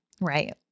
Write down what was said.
Right